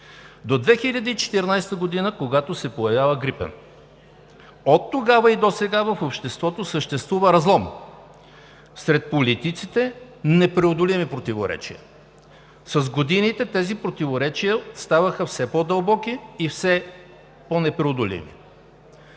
до 2014 г., когато се появява „Грипен“. Оттогава и досега в обществото съществува разлом, сред политиците – непреодолими противоречия. С годините тези противоречия ставаха все по-дълбоки и все по-непреодолими.